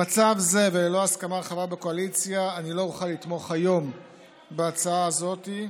במצב זה וללא הסכמה רחבה בקואליציה אני לא אוכל לתמוך היום בהצעה הזאת.